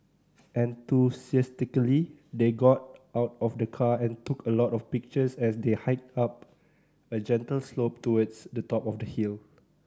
enthusiastically they got out of the car and took a lot of pictures as they hiked up a gentle slope towards the top of the hill